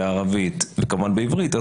בערבית וכמובן בעברית,